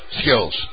skills